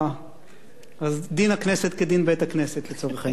אז דין הכנסת כדין בית-הכנסת לצורך העניין.